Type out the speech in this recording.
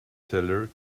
seller